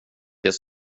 det